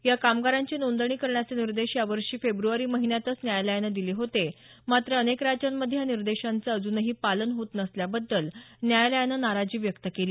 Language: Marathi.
या कामगारांची नोंदणी करण्याचे निर्देश या वर्षी फेब्रवारी महिन्यातच न्यायालयानं दिले होते मात्र अनेक राज्यांमध्ये या निर्देशांचं अजूनही पालन होत नसल्याबद्दल न्यायालयानं नाराजी व्यक्त केली